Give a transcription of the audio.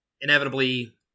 inevitably